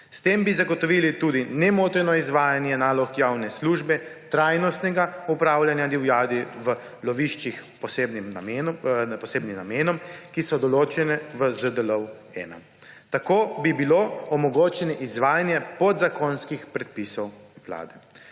S tem bi zagotovili tudi nemoteno izvajanje nalog javne službe, trajnostnega upravljanja divjadi v loviščih s posebnim namenom, ki so določene v ZDLov-1. Tako bi bilo omogočeno izvajanje podzakonskih predpisov vlade.